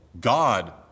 God